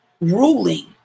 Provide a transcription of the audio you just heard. ruling